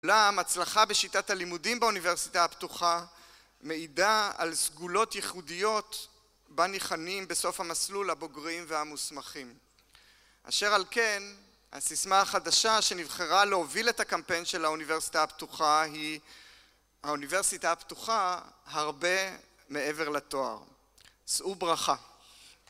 אצלם הצלחה בשיטת הלימודים באוניברסיטה הפתוחה מעידה על סגולות ייחודיות בה ניחנים בסוף המסלול הבוגרים והמוסמכים אשר על כן הסיסמה החדשה שנבחרה להוביל את הקמפיין של האוניברסיטה הפתוחה היא האוניברסיטה הפתוחה הרבה מעבר לתואר שאו ברכה